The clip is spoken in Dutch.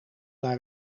naar